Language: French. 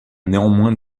néanmoins